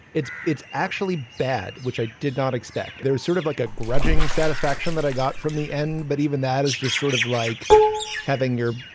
it's it's actually bad, which i did not expect. there sort of like a grudging satisfaction that i got from the end. but even that is just sort of like having your,